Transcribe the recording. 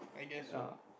ya